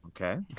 Okay